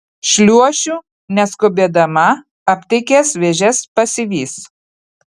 šliuošiu neskubėdama aptikęs vėžes pasivys